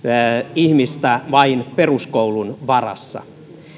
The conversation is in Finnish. ihmistä vain peruskoulun varassa